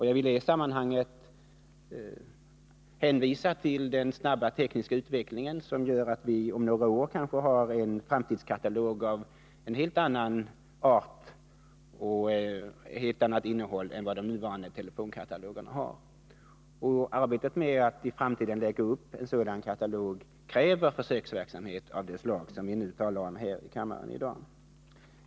Jag vill i detta sammanhang hänvisa till den snabba tekniska utvecklingen, som gör att vi om några år kanske har en framtidskatalog av ett helt annat slag och ett helt annat innehåll än den nuvarande. Arbetet med att i framtiden lägga upp en sådan katalog kräver försöksverksamhet av det slag som vi i dag har talat om här i kammaren. Herr talman!